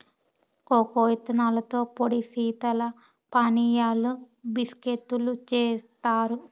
cocoa ఇత్తనాలతో పొడి శీతల పానీయాలు, బిస్కేత్తులు జేత్తారు